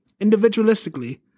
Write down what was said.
individualistically